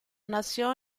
nació